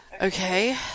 Okay